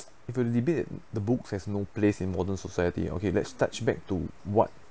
if you limit the books has no place in modern society okay let's touch back to what